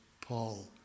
Paul